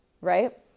right